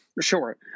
Sure